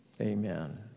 Amen